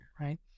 right